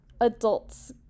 adults